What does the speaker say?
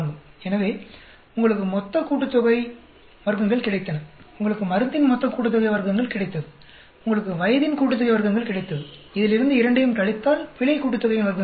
எனவே உங்களுக்கு மொத்த கூட்டுத்தொகை வர்க்கங்கள் கிடைத்தன உங்களுக்கு மருந்தின் மொத்த கூட்டுத்தொகை வர்க்கங்கள் கிடைத்தது உங்களுக்கு வயதின் கூட்டுத்தொகை வர்க்கங்கள் கிடைத்தது இதிலிருந்து இரண்டையும் கழித்தால் பிழை கூட்டுத்தொகையின் வர்க்கங்கள் கிடைக்கும்